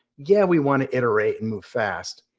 yeah, we want to iterate and move fast,